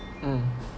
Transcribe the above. mm